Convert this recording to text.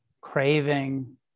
craving